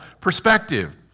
perspective